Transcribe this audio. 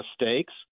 mistakes